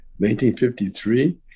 1953